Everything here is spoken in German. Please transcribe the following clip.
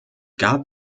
gab